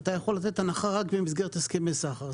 אתה יכול לתת הנחה רק במסגרת הסכמי סחר.